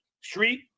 street